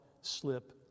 slip